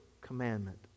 commandment